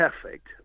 perfect